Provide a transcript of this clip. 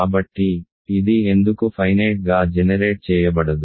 కాబట్టి ఇది ఎందుకు ఫైనేట్ గా జెనెరేట్ చేయబడదు